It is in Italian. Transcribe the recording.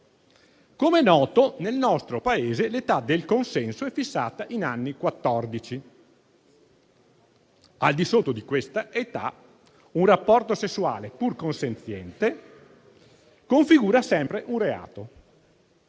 Come è noto, nel nostro Paese l'età del consenso è fissata in anni quattordici; al di sotto di questa età un rapporto sessuale, pur consenziente, configura sempre un reato.